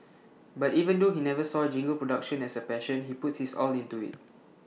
but even though he never saw jingle production as A passion he puts his all into IT